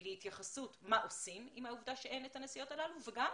להתייחסות מה עושים עם העובדה שאין את הנסיעות הללו וגם